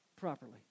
properly